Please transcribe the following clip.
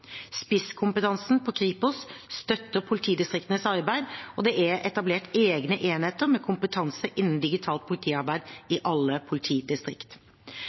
Spisskompetansen på Kripos støtter politidistriktenes arbeid, og det er etablert egne enheter med kompetanse innen digitalt politiarbeid i alle politidistrikt.